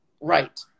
right